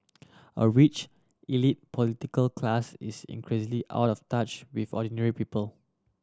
a rich elite political class is increasingly out of touch with ordinary people